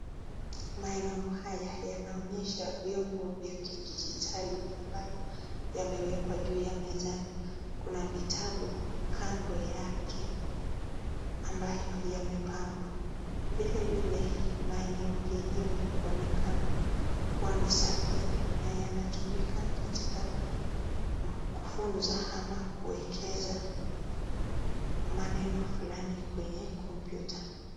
Maeneo haya yanaonyesha vyombo vya kidijitali ambavyo yamewekwa juu ya mezani. Kuna vitabu kando yake ambavyo vimepangwa. Vile vile maeneo yenyewe kuonekana kuwa ni safi na yanatumika katika kufunza ama kuwekeza maneno fulani kwenye kompyuta.